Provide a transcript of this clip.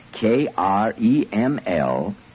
K-R-E-M-L